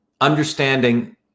understanding